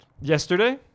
Yesterday